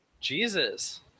Jesus